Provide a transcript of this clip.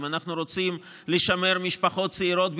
אם אנחנו רוצים לשמר משפחות צעירות בירושלים,